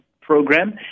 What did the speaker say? program